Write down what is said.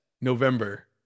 november